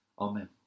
Amen